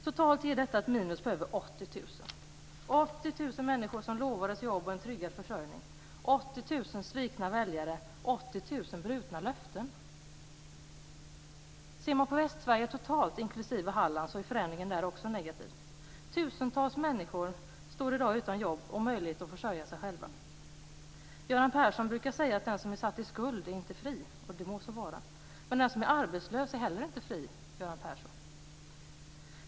Totalt ger detta ett minus på över 80 000. Det handlar om 80 000 människor som lovades jobb och tryggad försörjning, 80 000 svikna väljare, 80 000 brutna löften. Ser man på Västsverige totalt inklusive Halland, så är förändringen också där negativ. Tusentals människor står i dag utan jobb och möjlighet att försörja sig själva. Göran Persson brukar säga att den som är satt i skuld inte är fri. Det må så vara. Men den som är arbetslös är heller inte fri, Göran Persson!